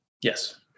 Yes